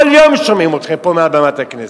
כל יום שומעים אתכם פה מעל במת הכנסת.